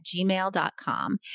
gmail.com